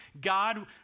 god